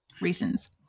reasons